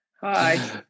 Hi